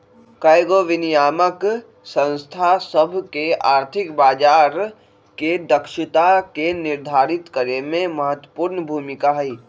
कयगो विनियामक संस्था सभ के आर्थिक बजार के दक्षता के निर्धारित करेमे महत्वपूर्ण भूमिका हइ